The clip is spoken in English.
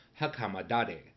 Hakamadare